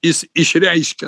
jis išreiškia